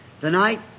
tonight